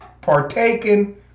partaken